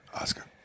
Oscar